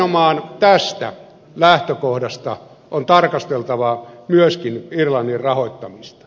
nimenomaan tästä lähtökohdasta on tarkasteltava myöskin irlannin rahoittamista